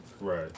Right